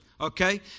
Okay